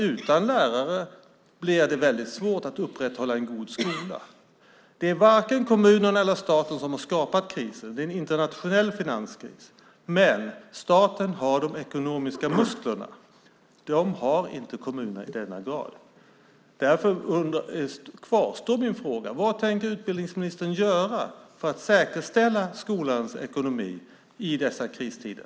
Utan lärare blir det nämligen väldigt svårt att upprätthålla en god skola. Det är varken kommunerna eller staten som har skapat krisen; det är en internationell finanskris. Men staten har de ekonomiska musklerna. Dessa muskler har inte kommunerna i denna grad. Därför kvarstår min fråga: Vad tänker utbildningsministern göra för att säkerställa skolans ekonomi i dessa kristider?